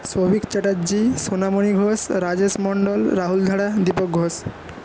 Souvik Chatterjee Sonamoni Ghosh Rajesh Mondal Rahul Dhara Deepak Ghosh